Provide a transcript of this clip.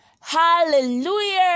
Hallelujah